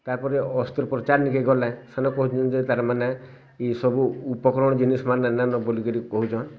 ତା'ପରେ ଅସ୍ତ୍ରପୋଚାର ନେକି ଗଲେ ସେନ କହୁଛନ୍ତି ଯେ ତା'ର ମାନେ ଇଏ ସବୁ ଉପକରଣ ଜିନିଷ୍ମାନ ନା ନେ ନୋ ବୋଲି କରି କହୁଛନ୍